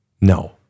No